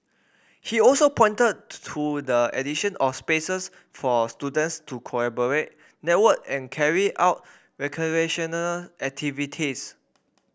he also pointed to the addition of spaces for students to collaborate network and carry out recreational activities